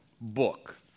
book